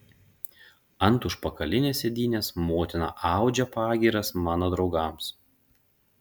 ant užpakalinės sėdynės motina audžia pagyras mano draugams